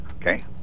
okay